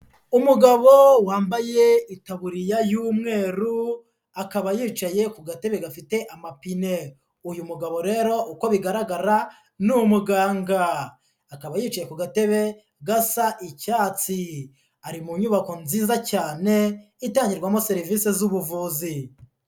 Umugabo wambaye itaburiya y'umweru, akaba yicaye ku gatebe gafite amapine, uyu mugabo rero uko bigaragara ni umuganga, akaba yicaye ku gatebe gasa icyatsi, ari mu nyubako nziza cyane itangirwamo serivisi z'ubuvuzi.